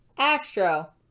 Astro